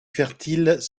fertiles